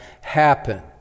happen